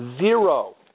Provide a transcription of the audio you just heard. Zero